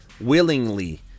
willingly